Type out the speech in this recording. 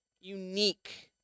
unique